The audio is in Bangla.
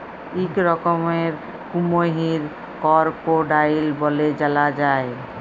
ইক রকমের কুমহির করকোডাইল ব্যলে জালা যায়